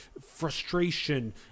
frustration